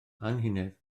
anhunedd